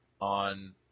on